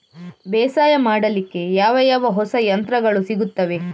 ಬೇಸಾಯ ಮಾಡಲಿಕ್ಕೆ ಯಾವ ಯಾವ ಹೊಸ ಯಂತ್ರಗಳು ಸಿಗುತ್ತವೆ?